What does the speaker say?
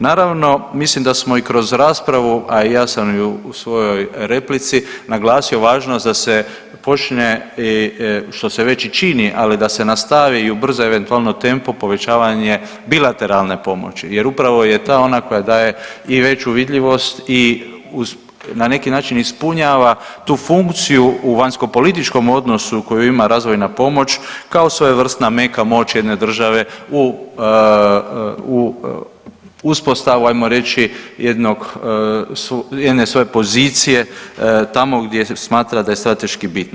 Naravno mislim da smo i kroz raspravu, a i ja sam i u svojoj replici naglasio važnost da se počne, što se već i čini, ali da se nastavi i ubrza eventualno tempo povećavanje bilateralne pomoći jer upravo je ta ona koja daje i veću vidljivost i uz, na neki način ispunjava tu funkciju u vanjskopolitičkom odnosu koju ima razvojna pomoć kao svojevrsna meka moći jedne države u, u uspostavu ajmo reći jednog, jedne svoje pozicije tamo gdje smatra da je strateški bitno.